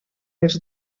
els